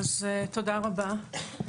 תודה רבה.